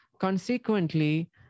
Consequently